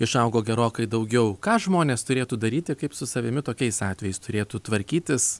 išaugo gerokai daugiau ką žmonės turėtų daryti kaip su savimi tokiais atvejais turėtų tvarkytis